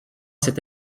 c’est